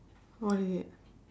what is it